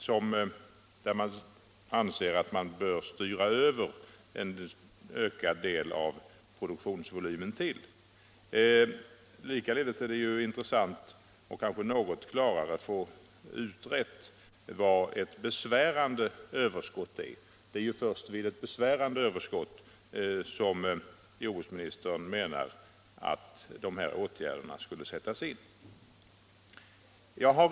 Jag skulle i det sammanhanget vilja fråga vad jordbruksministern lägger i begreppet utvecklingsbara företag. Det vore likaledes intressant att något klarare få utrett vad ”ett besvärande överskott” är. Det är ju först vid ett besvärande överskott som jordbruksministern menar att de här åtgärderna skulle sättas in.